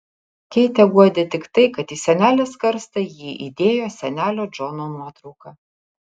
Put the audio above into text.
keitę guodė tik tai kad į senelės karstą ji įdėjo senelio džono nuotrauką